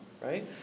right